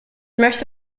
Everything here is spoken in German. möchte